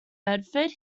bedford